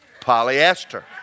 Polyester